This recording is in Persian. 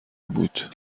بود